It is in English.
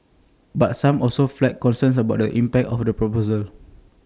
but some also flagged concerns about the impact of the proposals